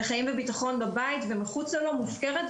לחיים וביטחון בבית ומחוצה לו מופקרת,